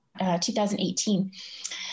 2018